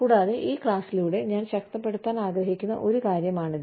കൂടാതെ ഈ ക്ലാസിലൂടെ ഞാൻ ശക്തിപ്പെടുത്താൻ ആഗ്രഹിക്കുന്ന ഒരു കാര്യമാണിത്